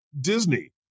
Disney